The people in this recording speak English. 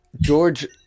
George